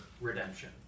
redemption